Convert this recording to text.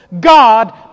God